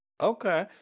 Okay